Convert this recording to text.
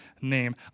name